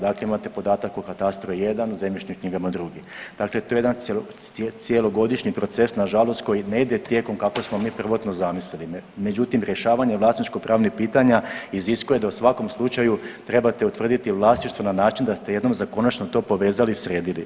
Dakle, imate podatak o katastru jedan, o zemljišnim knjigama drugi, dakle to je jedan cjelogodišnji proces nažalost koji ne ide tijekom kako smo mi prvotno zamislili, međutim rješavanje vlasničko pravnih pitanja iziskuje da u svakom slučaju trebate utvrditi vlasništvo na način da ste jednom za konačno to povezali i sredili.